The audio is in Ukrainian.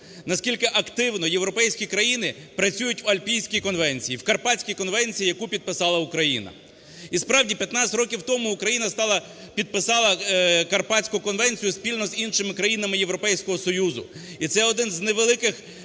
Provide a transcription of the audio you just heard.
наскільки активно європейські країни працюють в Альпійській конвенції, в Карпатській конвенції, яку підписала Україна. І, справді, 15 років тому Україна стала, підписала Карпатську конвенцію спільно з іншими країнами Європейського Союзу, і це один з невеликих